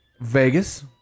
Vegas